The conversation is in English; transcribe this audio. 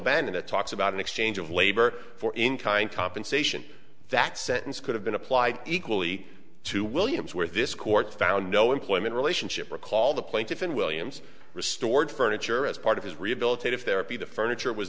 band and it talks about an exchange of labor for in kind compensation that sentence could have been applied equally to williams where this court found no employment relationship recall the plaintiff in williams restored furniture as part of his rehabilitate if there be the furniture was